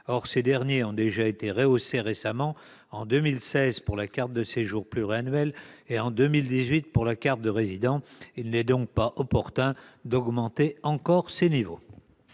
Or ces derniers ont déjà été rehaussés récemment- en 2016 pour la carte de séjour pluriannuelle et en 2018 pour la carte de résident. Il n'est pas opportun d'augmenter encore ces niveaux.